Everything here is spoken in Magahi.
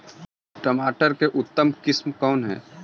टमाटर के उतम किस्म कौन है?